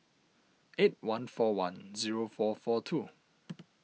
eight one four one zero four four two